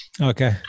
Okay